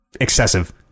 excessive